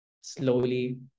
Slowly